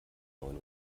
neun